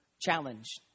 Challenge